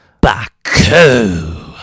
Baku